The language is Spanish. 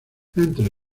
entre